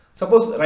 suppose